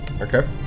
Okay